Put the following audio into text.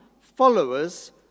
followers